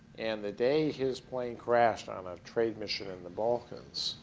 and the day his plane crashed on a trade mission in the balkans